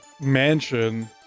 mansion